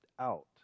out